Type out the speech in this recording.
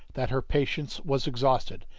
that her patience was exhausted,